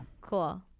Cool